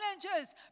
challenges